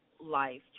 life